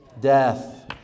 death